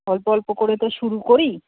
অল্প অল্প করে তো শুরু করি